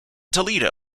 toledo